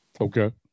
Okay